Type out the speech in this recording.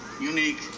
Unique